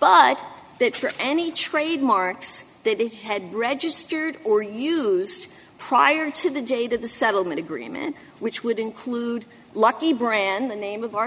but that any trademarks that he had registered or used prior to the jaded the settlement agreement which would include lucky brand the name of our